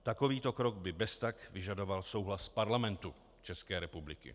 Takovýto krok by beztak vyžadoval souhlas Parlamentu České republiky.